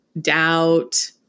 doubt